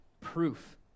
proof